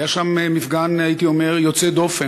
הייתי אומר שהיה שם מפגן יוצא דופן